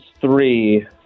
three